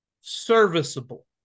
serviceable